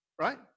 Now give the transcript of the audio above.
right